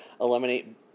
eliminate